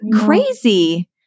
crazy